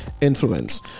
influence